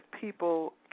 people